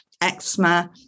eczema